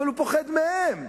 אבל הוא פוחד מהם.